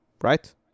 right